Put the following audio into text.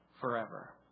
forever